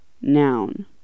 noun